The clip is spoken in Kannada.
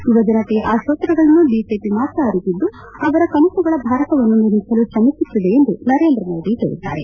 ಯುವಜನತೆಯ ಆಕೋತ್ತರಗಳನ್ನು ಬಿಜೆಪಿ ಮಾತ್ರ ಅರಿತಿದ್ಲು ಅವರ ಕನಸುಗಳ ಭಾರತವನ್ನು ನಿರ್ಮಿಸಲು ಶ್ರಮಿಸುತ್ತಿದೆ ಎಂದು ನರೇಂದ್ರಮೋದಿ ಹೇಳಿದ್ದಾರೆ